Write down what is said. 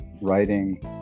writing